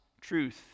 truth